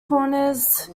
corners